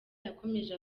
yakomeje